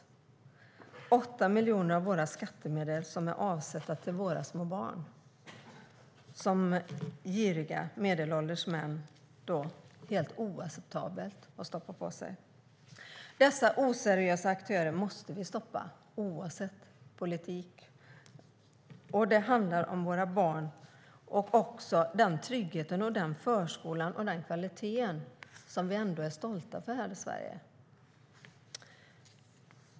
Det är 8 miljoner av våra skattemedel som är avsatta för våra små barn som giriga medelålders män helt oacceptabelt har stoppat på sig. Dessa oseriösa aktörer måste vi stoppa, oavsett politik, för det handlar om våra barn och den trygghet och kvalitet i förskolan som vi är stolta över här i Sverige.